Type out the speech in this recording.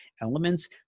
elements